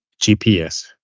GPS